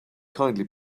kindly